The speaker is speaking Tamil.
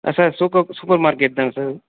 ஆ சார் சூப்பர் சூப்பர் மார்க்கெட்டு தானே சார்